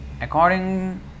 according